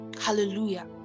Hallelujah